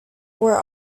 were